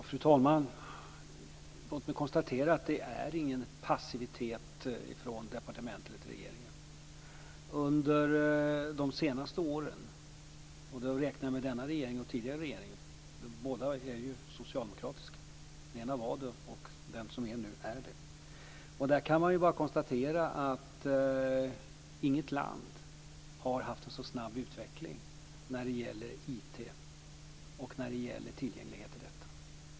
Fru talman! Låt mig konstatera att det inte är någon passivitet från departementet eller regeringen. Under de senaste åren, då räknar jag med denna regeringen och den tidigare regeringen, båda socialdemokratiska, kan man bara konstatera att inget land har haft en så snabb utveckling när det gäller IT och tillgänglighet till detta.